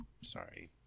Sorry